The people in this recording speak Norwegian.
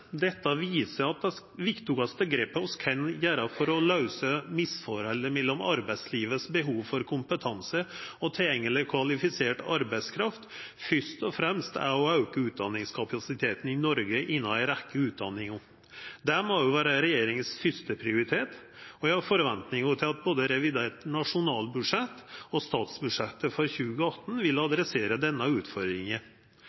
Dette viser at dei viktigaste grepa vi kan gjera for å løysa misforholdet mellom arbeidslivets behov for kompetanse og tilgjengeleg kvalifisert arbeidskraft, først og fremst er å auka utdanningskapasiteten i Noreg innanfor ei rekkje utdanningar. Det må òg vera regjeringas førsteprioritet, og eg har forventningar til at både revidert nasjonalbudsjett og statsbudsjettet for 2018 vil